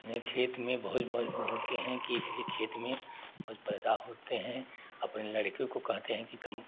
मैं खेत में बहुत मज्म होते हैं कि पूरे खेत में भोज पैदा होते हैं अपने लड़के को कहते हैं कि कम